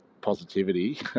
positivity